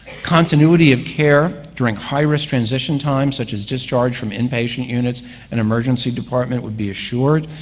continuity of care during high-risk transition times such as discharge from in-patient units and emergency department would be assured,